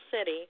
city